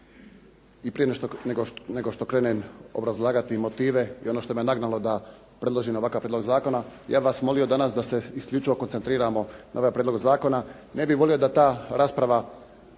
i prije nego što krenem obrazlagati motive i ono što me nagnalo da predložim ovakav prijedlog zakona, ja bih vas molio danas da se isključivo koncentriramo na ovaj prijedlog zakona. Ne bih volio da ta rasprava